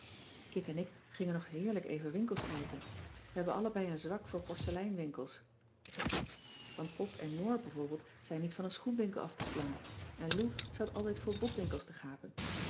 kit en ik gingen nog heerlijk even winkels kijken we hebben allebei een zwak voor porceleinwinkels gek want pop en noor bijvoorbeeld zijn niet van een schoenwinkel af te slaan en lou staat altijd voor boekwinkels te gapen